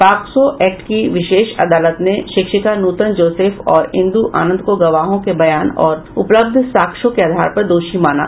POCSO act की विशेष अदालत ने शिक्षिका नूतन जोसेफ और इंदु आनंद को गवाहों के बयान और उपलब्ध साक्ष्यों के आधार पर दोषी माना